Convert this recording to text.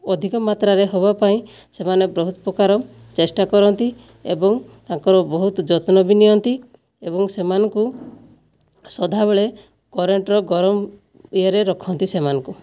ଅଧିକ ମାତ୍ରାରେ ହେବାପାଇଁ ସେମାନେ ବହୁତ ପ୍ରକାର ଚେଷ୍ଟା କରନ୍ତି ଏବଂ ତାଙ୍କର ବହୁତ ଯତ୍ନ ବି ନିଅନ୍ତି ଏବଂ ସେମାନଙ୍କୁ ସଦାବେଳେ କରେଣ୍ଟର ଗରମ ଇଏରେ ରଖନ୍ତି ସେମାନଙ୍କୁ